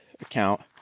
account